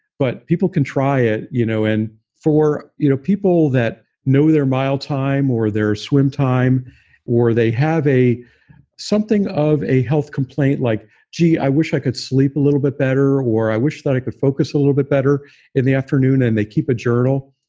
but people can try it. you know and for you know people that know their mile time or their swim time or they have something of a health complaint like, gee, i wish i could sleep a little bit better or i wish that i could focus a little bit better in the afternoon and they keep a journal,